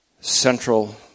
central